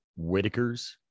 Whitakers